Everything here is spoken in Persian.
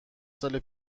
سال